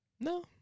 No